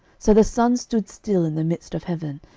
so the sun stood still in the midst of heaven,